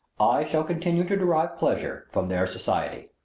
i shall continue to derive pleasure from their society.